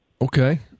Okay